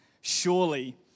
surely